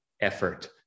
effort